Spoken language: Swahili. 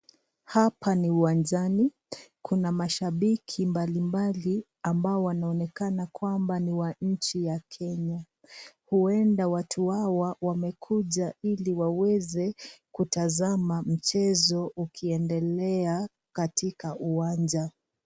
Hapa ni uwanjani Kuna mashabiki mbalimbali ambao wanaonekana kwamba ni wa nchi wa kenya huenda watu wao wamekuja ili waweze kuitazama mchezo ukiendelea katika uwanja.